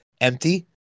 empty